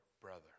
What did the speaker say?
brother